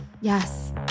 yes